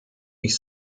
ich